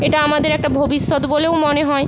এটা আমাদের একটা ভবিষ্যৎ বলেও মনে হয়